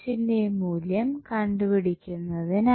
ന്റെ മൂല്യം കണ്ടു പിടിക്കുന്നതിനായി